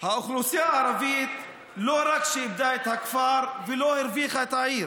האוכלוסייה הערבית לא רק שאיבדה את הכפר ולא הרוויחה את העיר,